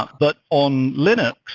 but but on linux,